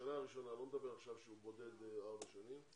אני לא מדבר עכשיו על כך שהוא בודד ארבע שנים,